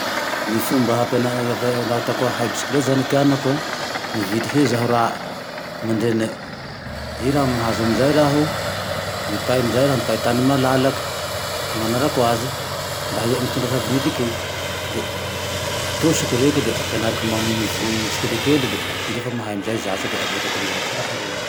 Ny fomba fampia-, laha teako hahay bisikileta zane ty anako e, mividy tse zaho rae aman-drenine de i raha mahazo ame zay raho mipay amizay raho, mipay tane malalaky hananarako aze mba hahaany raha niviniliko, le atosiko reke le ampianariko mivoy tsikelikely le i laha mahay amezay zatsy de avelako amezay hitondra aze rery